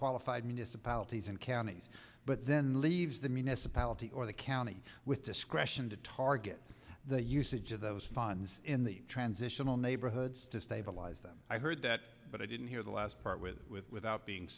qualified municipalities and counties but then leaves the municipality or the county with discretion to target the usage of those funds in the transitional neighborhoods to stabilize them i heard that but i didn't hear the last part with without being